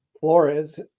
Flores